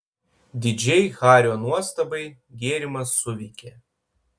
didžiai hario nuostabai gėrimas suveikė